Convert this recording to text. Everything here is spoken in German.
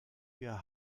wir